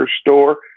store